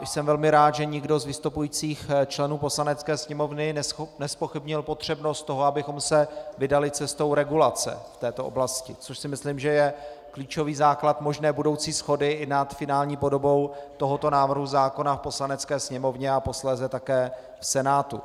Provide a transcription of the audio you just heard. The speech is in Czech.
Jsem velmi rád, že nikdo z vystupujících členů Poslanecké sněmovny nezpochybnil potřebnost toho, abychom se vydali cestou regulace v této oblasti, což si myslím, že je klíčový základ možné budoucí shody i nad finální podobou tohoto návrhu zákona v Poslanecké sněmovně a posléze také v Senátu.